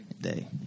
day